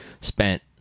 spent